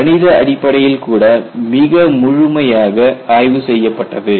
கணித அடிப்படையில் கூட மிக முழுமையாக ஆய்வு செய்யப்பட்டது